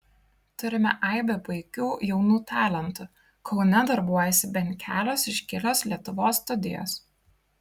turime aibę puikių jaunų talentų kaune darbuojasi bent kelios iškilios lietuvos studijos